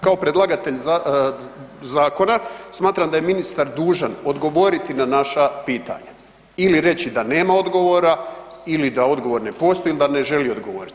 Kao predlagatelj zakona smatram da je ministar dužan odgovoriti na naša pitanja ili reći da nema odgovora ili da odgovor ne postoji ili da ne želi odgovoriti.